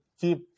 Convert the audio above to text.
keep